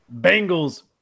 Bengals